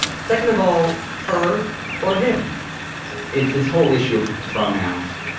second of all, her or him it's this whole issue of pronouns